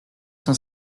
cent